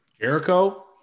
Jericho